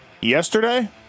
yesterday